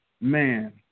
man